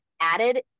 added